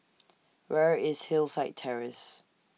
Where IS Hillside Terrace